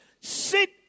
Sit